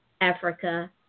Africa